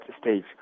stage